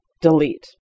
delete